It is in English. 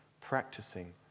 Practicing